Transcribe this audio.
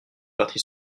parti